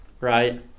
right